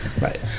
right